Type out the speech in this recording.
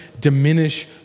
Diminish